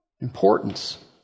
importance